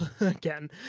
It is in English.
again